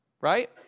right